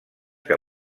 que